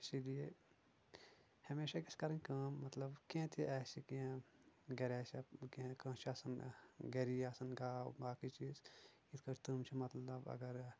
اسی لیے ہمیشہ گژھہِ کرٕنۍ کٲم مطلب کینٛہہ تہِ آسہِ کینٛہہ گرِ آسِہا کینٛہہ کٲنٛسہِ چھ آسان گری آسان گاو باقٕے چیٖز یتھ کٲٹھۍ تِم چھِ مطلب اگر